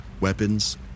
weapons